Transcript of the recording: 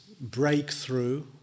breakthrough